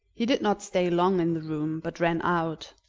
he did not stay long in the room, but ran out,